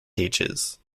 teachers